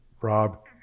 Rob